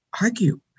argue